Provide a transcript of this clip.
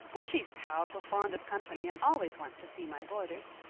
but she's powerful fond of company and always wants to see my boarders.